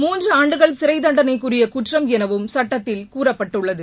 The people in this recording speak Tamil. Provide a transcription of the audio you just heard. மூன்று ஆண்டுகள் சிறை தன்டணைக்குரிய குற்றம் எனவும் சுட்டத்தில் கூறப்பட்டுள்ளது